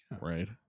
right